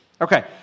Okay